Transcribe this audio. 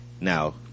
now